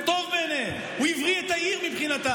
הוא טוב בעיניהם, הוא הבריא את העיר מבחינתם.